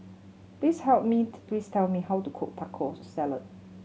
please help me please tell me how to cook Taco Salad